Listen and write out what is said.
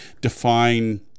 define